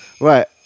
right